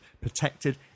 protected